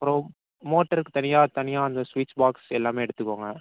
அப்புறம் மோட்டருக்கு தனியாக தனியாக அந்த ஸ்விட்ச் பாக்ஸ் எல்லாமே எடுத்துக்கோங்க